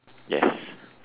yes